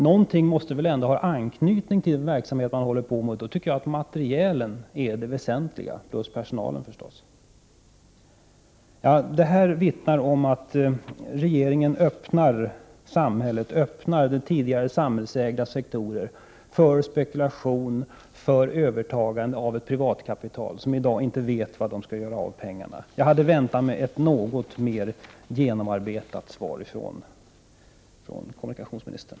Någonting måste väl ändå ha anknytning till den verksamhet man håller på med. Jag tycker då att materielen liksom även personalen är det väsentligaste. Detta vittnar om att regeringen öppnar tidigare samhällsägda sektorer för spekulation och för ett övertagande av ett privat kapital, vars ägare i dag inte vet var de skall göra av pengarna. Jag hade väntat mig ett något mera genomarbetat svar ifrån kommunikationsministern.